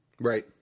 Right